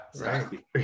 right